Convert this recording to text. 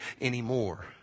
anymore